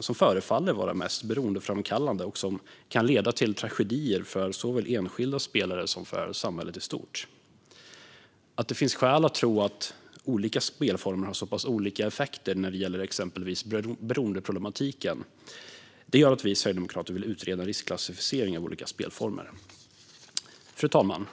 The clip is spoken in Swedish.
som förefaller vara mest beroendeframkallande och som kan leda till tragedier för såväl enskilda spelare som för samhället i stort. Att det finns skäl att tro att olika spelformer har så pass olika effekter när det gäller exempelvis beroendeproblematiken gör att vi sverigedemokrater vill utreda riskklassificering av olika spelformer. Fru talman!